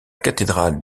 cathédrale